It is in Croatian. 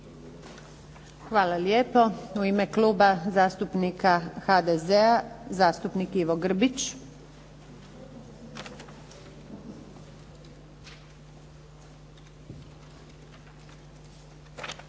Hvala lijepo. U ime Kluba zastupnika HDZ-a, zastupnik Ivo Grbić.